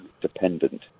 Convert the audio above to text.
dependent